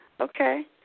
Okay